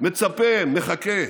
מצפה, מחכה.